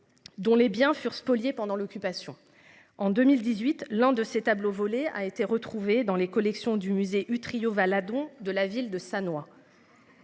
Dont les biens furent spoliés pendant l'occupation en 2018 l'un de ses tableaux volés a été retrouvée dans les collections du musée Utrillo Valadon de la ville de Sannois.